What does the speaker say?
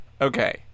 Okay